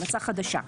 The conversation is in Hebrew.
המלצה חדשה.